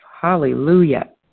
Hallelujah